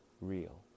real